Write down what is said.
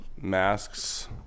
Masks